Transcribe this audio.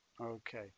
Okay